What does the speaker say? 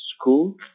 school